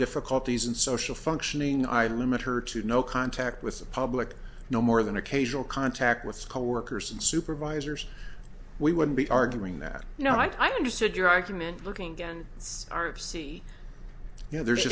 difficulties in social functioning i limit her to no contact with the public no more than occasional contact with coworkers and supervisors we wouldn't be arguing that you know i just said your argument looking again it's artsy you know there's